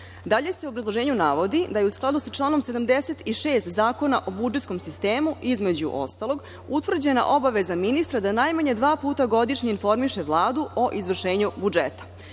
Dalje se u obrazloženju navodi da je u skladu sa članom 76. Zakona o budžetskom sistemu, između ostalog, utvrđena obaveza ministra da najmanje dva puta godišnje informiše Vladu o izvršenju budžeta.U